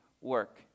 work